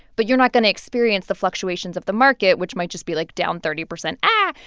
but you're not going to experience the fluctuations of the market, which might just be, like, down thirty percent ahh.